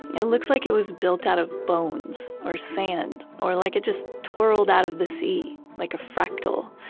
and it looks like it was built out of bones, or sand, or like it just twirled out of the sea, like a fractal.